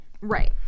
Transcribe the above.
Right